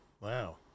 Wow